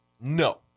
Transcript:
No